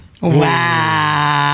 wow